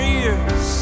ears